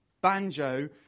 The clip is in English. banjo